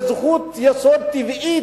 וזו זכות יסוד טבעית,